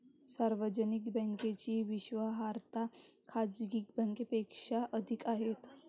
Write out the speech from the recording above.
सार्वजनिक बँकेची विश्वासार्हता खाजगी बँकांपेक्षा अधिक आहे